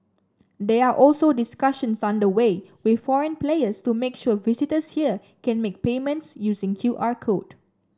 there are also discussions under way with foreign players to make sure visitors here can make payments using Q R code